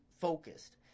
focused